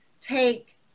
take